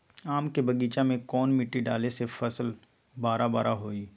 आम के बगीचा में कौन मिट्टी डाले से फल बारा बारा होई?